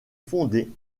fondé